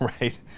right